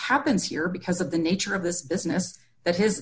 happens here because of the nature of this business that his